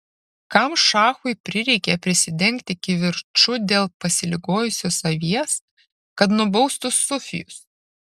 kam šachui prireikė prisidengti kivirču dėl pasiligojusios avies kad nubaustų sufijus